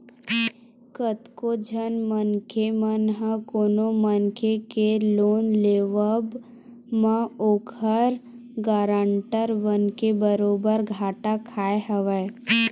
कतको झन मनखे मन ह कोनो मनखे के लोन लेवब म ओखर गारंटर बनके बरोबर घाटा खाय हवय